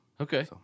Okay